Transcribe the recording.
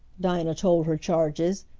dinah told her charges.